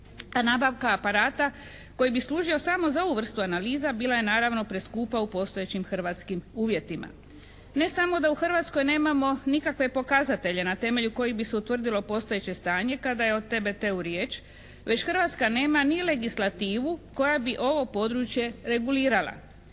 a nabavka aparata koji bi služio samo za ovu vrstu analiza bila je naravno preskupa u postojećim hrvatskim uvjetima. Ne samo da u Hrvatskoj nemamo nikakve pokazatelje na temelju kojih bi se utvrdilo postojeće stanje kada je o TBT-u riječ, već Hrvatska nema ni legislativu koja bi ovo područje regulirala.